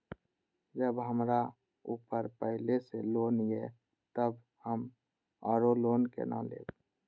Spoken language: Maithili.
जब हमरा ऊपर पहले से लोन ये तब हम आरो लोन केना लैब?